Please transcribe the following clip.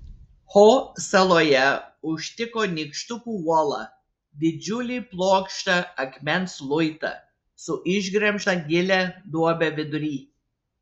ho saloje užtiko nykštukų uolą didžiulį plokščią akmens luitą su išgremžta gilia duobe vidury